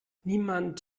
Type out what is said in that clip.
niemand